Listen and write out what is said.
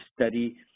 study